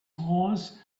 horse